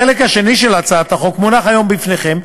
החלק השני של הצעת החוק מונח היום לפניכם,